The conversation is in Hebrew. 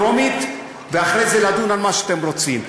טרומית ואחרי זה לדון על מה שאתם רוצים.